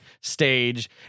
stage